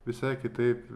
visai kitaip